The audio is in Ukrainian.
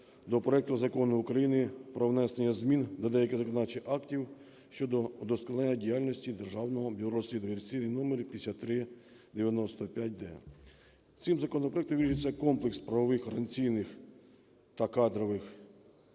до проекту Закону України про внесення змін до деяких законодавчих актів щодо удосконалення діяльності Державного бюро розслідування (реєстраційний номер 5395-д.) Цим законопроектом вирішується комплекс правових, організаційних та кадрових